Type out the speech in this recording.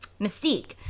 Mystique